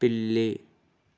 పిల్లి